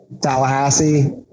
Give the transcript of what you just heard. Tallahassee